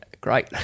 great